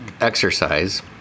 exercise